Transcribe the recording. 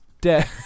dead